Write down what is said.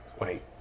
Wait